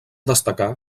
destacar